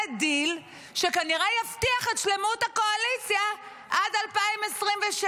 זה דיל שכנראה יבטיח את שלמות הקואליציה עד 2026,